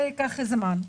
זה ייקח זמן.